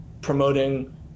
promoting